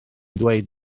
dweud